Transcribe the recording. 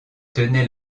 tenait